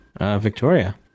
Victoria